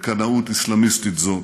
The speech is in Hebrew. לקנאות אסלאמיסטית זו,